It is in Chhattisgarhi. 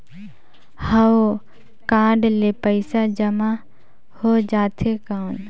हव कारड ले पइसा जमा हो जाथे कौन?